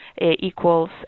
equals